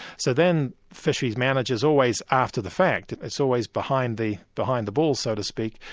so then fisheries managers always after the fact, it's always behind the behind the ball, so to speak,